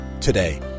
Today